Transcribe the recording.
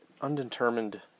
undetermined